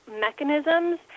mechanisms